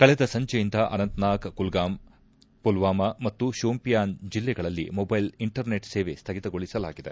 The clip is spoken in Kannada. ಕಳೆದ ಸಂಜೆಯಿಂದ ಅನಂತನಾಗ್ ಕುಲ್ಲಾಮ್ ಪುಲ್ವಾಮ ಮತ್ತು ಶೊಪಿಯನ್ ಜಿಲ್ಲೆಗಳಲ್ಲಿ ಮೊದ್ದೆಲ್ ಇಂಟರ್ನೆಟ್ ಸೇವೆ ಸ್ಲಗಿತಗೊಳಿಸಲಾಗಿದೆ